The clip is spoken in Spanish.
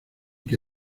que